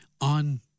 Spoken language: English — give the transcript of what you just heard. on